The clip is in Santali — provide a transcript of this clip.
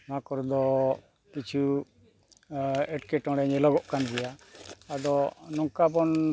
ᱱᱚᱣᱟ ᱠᱚᱨᱮ ᱫᱚ ᱠᱤᱪᱷᱩ ᱮᱴᱠᱮᱴᱚᱬᱮ ᱧᱮᱞᱚᱜᱚ ᱠᱟᱱ ᱜᱮᱭᱟ ᱟᱫᱚ ᱱᱚᱝᱠᱟ ᱵᱚᱱ